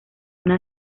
una